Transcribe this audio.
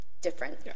different